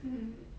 mm